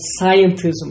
scientism